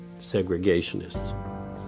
segregationists